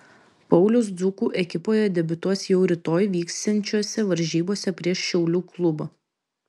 paulius dzūkų ekipoje debiutuos jau rytoj vyksiančiose varžybose prieš šiaulių klubą